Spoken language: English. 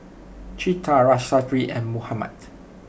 Citra Lestari and Muhammad